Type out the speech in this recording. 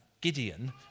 Gideon